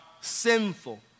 sinful